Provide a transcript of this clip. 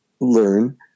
learn